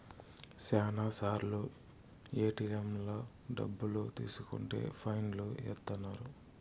శ్యానా సార్లు ఏటిఎంలలో డబ్బులు తీసుకుంటే ఫైన్ లు ఏత్తన్నారు